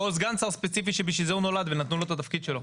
או סגן שר ספציפי שבשביל זה הוא נולד ונתנו לו את התפקיד שלו.